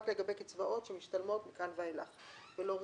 לגבי קצבאות שמשתלמות מכאן ואילך ולא רטרואקטיבית.